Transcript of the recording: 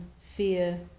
fear